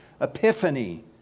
epiphany